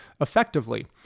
effectively